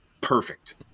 perfect